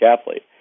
athlete